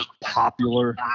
popular